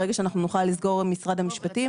ברגע שאנחנו נוכל לסגור עם משרד המשפטים